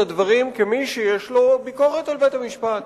את הדברים כמי שיש לו ביקורת על בית-המשפט,